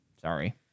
sorry